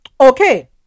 Okay